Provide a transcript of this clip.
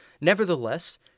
Nevertheless